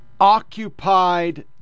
occupied